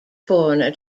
foreigner